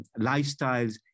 lifestyles